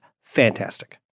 fantastic